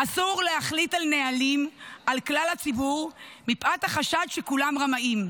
אסור להחליט על נהלים על כלל הציבור מפאת החשד שכולם רמאים.